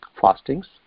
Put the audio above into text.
fastings